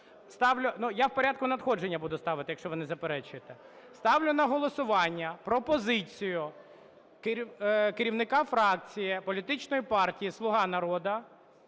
Я в порядку надходження буду ставити, якщо ви не заперечуєте? Ставлю на голосування пропозицію керівника фракції політичної партії "Слуга народу"